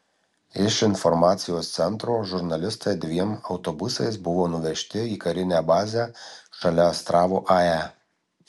iš informacijos centro žurnalistai dviem autobusais buvo nuvežti į karinę bazę šalia astravo ae